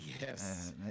Yes